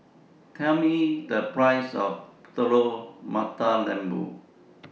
Tell Me The Price of Telur Mata Lembu